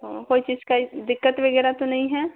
हाँ कोई चीज़ की दिक्कत वगैरह तो नहीं है